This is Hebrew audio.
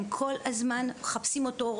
הם כל הזמן מחפשים אותו.